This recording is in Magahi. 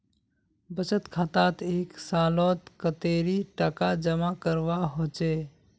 बचत खातात एक सालोत कतेरी टका जमा करवा होचए?